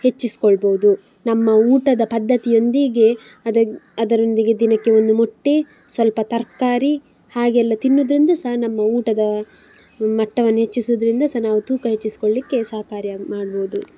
ಹೆಚ್ಚಿಸಿಕೊಳ್ಬೋದು ನಮ್ಮ ಊಟದ ಪದ್ಧತಿಯೊಂದಿಗೆ ಅದರೊಂದಿಗೆ ದಿನಕ್ಕೆ ಒಂದು ಮೊಟ್ಟೆ ಸ್ವಲ್ಪ ತರಕಾರಿ ಹಾಗೆಲ್ಲ ತಿನ್ನುದರಿಂದ ಸಹ ನಮ್ಮ ಊಟದ ಮಟ್ಟವನ್ನು ಹೆಚ್ಚಿಸುದರಿಂದ ಸಹ ನಾವು ತೂಕ ಹೆಚ್ಚಿಸಿಕೊಳ್ಲಿಕ್ಕೆ ಸಹಕಾರಿ ಆಗಿ ಮಾಡ್ಬೋದು